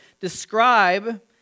describe